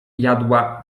jadła